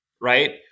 right